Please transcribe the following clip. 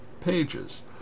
pages